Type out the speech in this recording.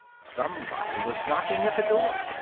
somebody was knocking at the door.